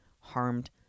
harmed